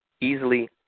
easily